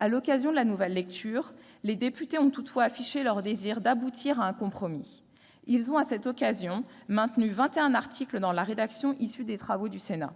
À l'occasion de la nouvelle lecture, les députés ont toutefois affiché leur désir d'aboutir à un compromis. Ils ont, à cette occasion, maintenu vingt et un articles dans la rédaction issue des travaux du Sénat.